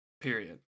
Period